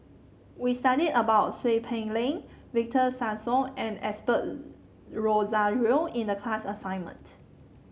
we studied about Seow Peck Leng Victor Sassoon and Osbert Rozario in the class assignment